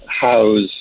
house